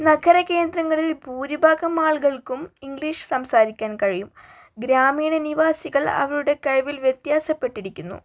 നഗര കേന്ദ്രങ്ങളിൽ ഭൂരിഭാഗം ആളുകൾക്കും ഇംഗ്ലീഷ് സംസാരിക്കാൻ കഴിയും ഗ്രാമീണ നിവാസികൾ അവരുടെ കഴിവിൽ വ്യത്യാസപ്പെട്ടിരിക്കുന്നു